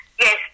Yes